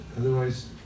Otherwise